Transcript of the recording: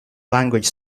language